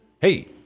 Hey